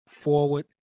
forward